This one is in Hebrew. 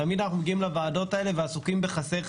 תמיד אנחנו מגיעים לוועדות האלה ועסוקים בזה שחסר,